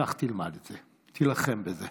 קח, תלמד את זה, תילחם בזה.